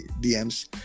dms